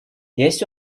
есть